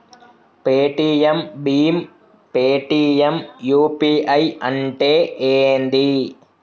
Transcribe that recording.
Paytm భీమ్ Paytm UPI అంటే ఏంది?